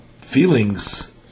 feelings